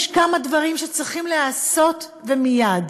יש כמה דברים שצריכים להיעשות ומייד: